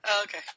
Okay